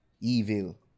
evil